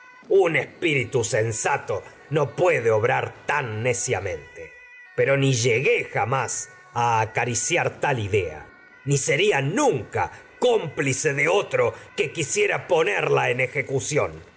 un espíritu sensato obrar tan puede neciamente pero ni llegué jamás a acariciar tal idea ni sería en nunca cómplice de otro que quisiera vete a ponerla y ejecución